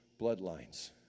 bloodlines